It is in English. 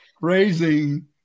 Phrasing